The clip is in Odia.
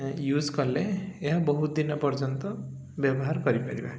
ୟୁଜ୍ କଲେ ଏହା ବହୁତ ଦିନ ପର୍ଯ୍ୟନ୍ତ ବ୍ୟବହାର କରିପାରିବା